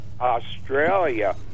Australia